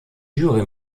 jury